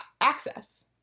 access